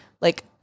like-